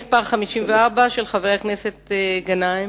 חבר הכנסת מגלי והבה שאל את שר